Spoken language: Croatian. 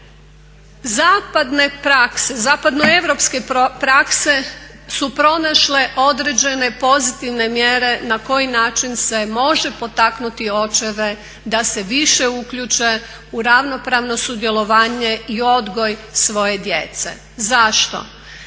Zapadne prakse, zapadnoeuropske prakse su pronašle određene pozitivne mjere na koji način se može potaknuti očeve da se više uključe u ravnopravno sudjelovanje i odgoj svoje djece. Zašto?